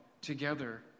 together